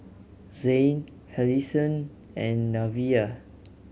Zhane Allisson and Nevaeh